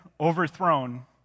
overthrown